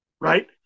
Right